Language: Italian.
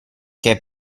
che